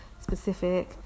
specific